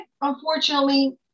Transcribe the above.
unfortunately